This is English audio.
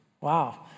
wow